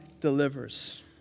delivers